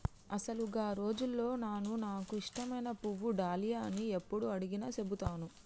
అసలు గా రోజుల్లో నాను నాకు ఇష్టమైన పువ్వు డాలియా అని యప్పుడు అడిగినా సెబుతాను